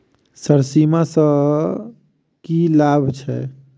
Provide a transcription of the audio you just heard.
Sir बीमा सँ की लाभ छैय?